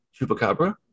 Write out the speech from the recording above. Chupacabra